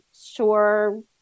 sure